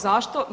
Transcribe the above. Zašto?